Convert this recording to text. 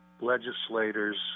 legislators